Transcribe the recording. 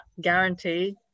guarantee